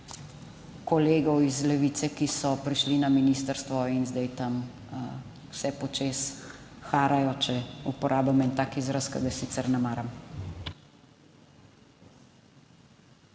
kolegov iz Levice, ki so prišli na ministrstvo in zdaj tam vse počez harajo, če uporabim en tak izraz, ki ga sicer ne maram.